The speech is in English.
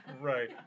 Right